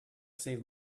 save